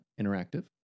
Interactive